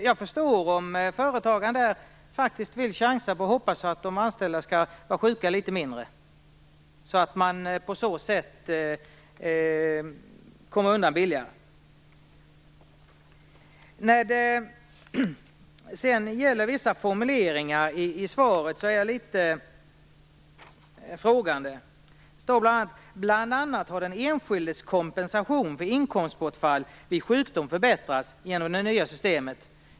Jag förstår om företagaren vill chansa och hoppas att de anställda är sjuka litet mindre så att han på så sätt kommer undan litet billigare. Jag ställer mig litet frågande till vissa formuleringar i svaret: "Bl.a. har den enskildes kompensation för inkomstbortfall vid sjukdom förbättrats".